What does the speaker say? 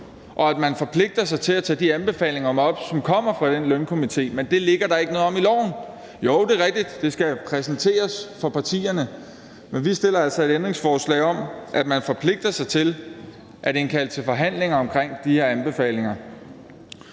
og at man forpligter sig til at tage de anbefalinger op, som kommer fra den lønstrukturkomité, men det ligger der ikke noget om i lovforslaget. Jo, det er rigtigt, at det skal præsenteres for partierne, men vi stiller altså et ændringsforslag om, at man forpligter sig til at indkalde til forhandlinger omkring de her anbefalinger.